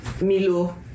Milo